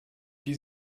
die